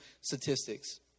statistics